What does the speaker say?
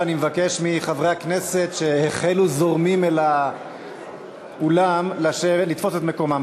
אני מבקש מחברי הכנסת שהחלו זורמים אל האולם לתפוס את מקומם.